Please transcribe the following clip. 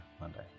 Monday